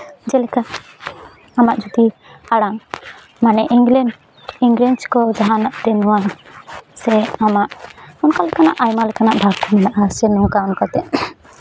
ᱡᱮᱞᱮᱠᱟ ᱟᱢᱟᱜ ᱡᱩᱫᱤ ᱟᱲᱟᱝ ᱢᱟᱱᱮ ᱤᱝᱞᱮᱱᱰ ᱤᱝᱨᱮᱡᱽ ᱠᱚ ᱡᱟᱦᱟᱱᱟᱜ ᱛᱮ ᱥᱮ ᱟᱢᱟᱜ ᱚᱱᱠᱟ ᱞᱮᱠᱟᱱᱟᱜ ᱟᱭᱢᱟ ᱞᱮᱠᱟᱱᱟᱜ ᱵᱷᱟᱥᱟ ᱢᱮᱱᱟᱜᱼᱟ ᱥᱮ ᱚᱱᱠᱟ ᱚᱱᱠᱟᱛᱮ